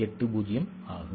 7480 ஆகும்